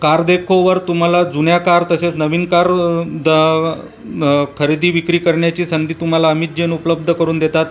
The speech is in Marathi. कार देखोवर तुम्हाला जुन्या कार तसेच नवीन कार द खरेदी विक्री करण्याची संधी तुम्हाला अमित जैन उपलब्ध करून देतात